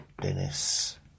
Dennis